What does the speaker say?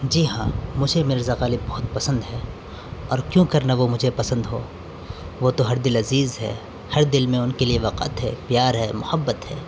جی ہاں مجھے مرزا غالب بہت پسند ہیں اور کیوں کر نہ وہ مجھے پسند ہو وہ تو ہر دل عزیز ہے ہر دل میں ان کے لیے وقعت ہے پیار ہے محبت ہے